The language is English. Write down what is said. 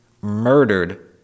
murdered